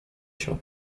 się